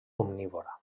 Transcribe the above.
omnívora